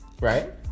right